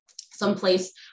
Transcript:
someplace